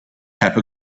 have